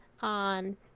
on